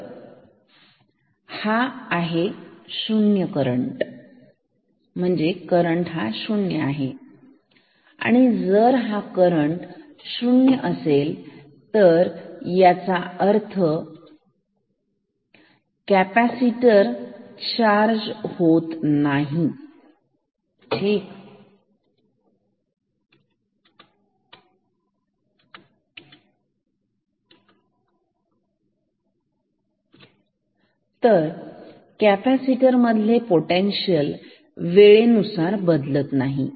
तर हा आहे 0 करंट हा शून्य आहे आहे शून्य आहे आणि जर हा करंट शून्य असेल याचा अर्थ हा जो कॅपॅसिटर आहे तो चार्ज होत नाही ठीक तर कॅपॅसिटर मधले पोटेन्शियल वेळेनुसार बदलत नाही